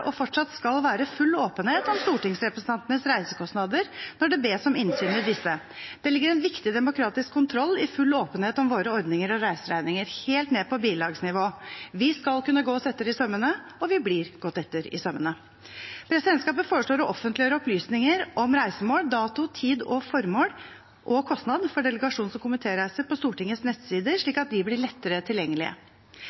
og fortsatt skal være – full åpenhet om stortingsrepresentantenes reisekostnader når det bes om innsyn i disse. Det ligger en viktig demokratisk kontroll i full åpenhet om våre ordninger og reiseregninger, helt ned på bilagsnivå. Vi skal kunne gås etter i sømmene, og vi blir gått etter i sømmene. Presidentskapet foreslår å offentliggjøre opplysninger om reisemål, dato, tid, formål og kostnad for delegasjons- og komitéreiser på Stortingets nettsider,